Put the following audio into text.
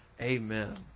Amen